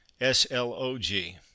S-L-O-G